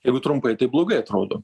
jeigu trumpai tai blogai atrodo